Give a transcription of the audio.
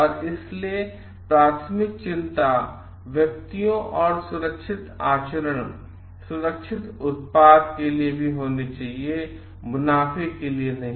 और इसलिए प्राथमिक चिंता व्यक्तियों और सुरक्षित आचरण सुरक्षित उत्पाद के लिए होनी चाहिए और मुनाफे के लिए नहीं